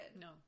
No